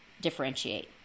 differentiate